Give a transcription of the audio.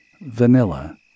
vanilla